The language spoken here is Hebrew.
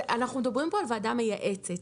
אנחנו מדברים פה על ועדה מייעצת.